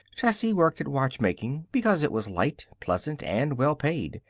tessie worked at watchmaking because it was light, pleasant, and well paid.